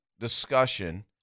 discussion